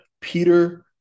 Peter